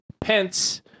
Pence